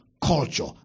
culture